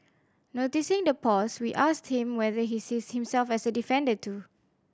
noticing the pause we asked him whether he sees himself as a defender too